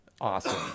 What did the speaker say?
awesome